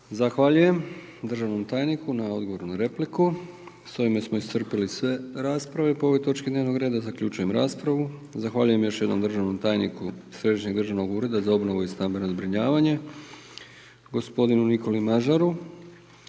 Zahvaljujem državnom tajniku na odgovor na repliku. S ovime smo iscrpili sve rasprave po ovoj točki dnevno reda. Zaključujem raspravu. Zahvaljujem još jednom državnom tajniku Središnjeg državnog ureda za obnovu i stambeno zbrinjavanje gospodinu Nikoli Mažaru